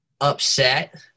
upset